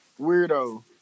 Weirdo